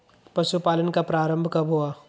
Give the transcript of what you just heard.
पशुपालन का प्रारंभ कब हुआ?